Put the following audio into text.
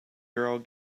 girl